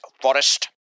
forest